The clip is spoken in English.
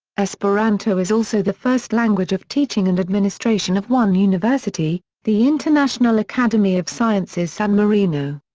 esperanto is also the first language of teaching and administration of one university, the international academy of sciences san marino.